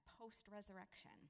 post-resurrection